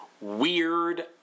weird